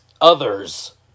others